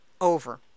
over